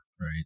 Right